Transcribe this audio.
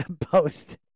Post